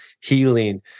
healing